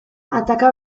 ataka